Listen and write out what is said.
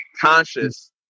conscious